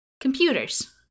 Computers